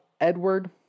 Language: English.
Edward